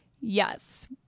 Yes